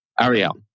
Ariel